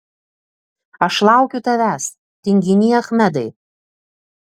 aš laukiu tavęs tinginy achmedai